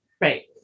Right